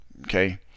Okay